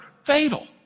fatal